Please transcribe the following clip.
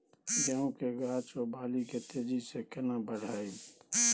गेहूं के गाछ ओ बाली के तेजी से केना बढ़ाइब?